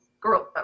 girl